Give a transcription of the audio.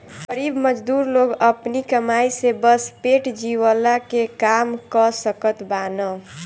गरीब मजदूर लोग अपनी कमाई से बस पेट जियवला के काम कअ सकत बानअ